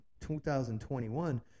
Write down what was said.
2021